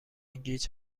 گیج